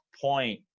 point